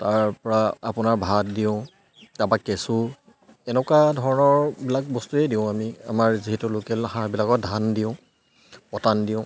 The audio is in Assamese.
তাৰ পৰা আপোনাৰ ভাত দিওঁ তাপা কেঁচু এনেকুৱা ধৰণৰবিলাক বস্তুৱেই দিওঁ আমি আমাৰ যিহেতু লোকেল হাঁহবিলাকক ধান দিওঁ পটান দিওঁ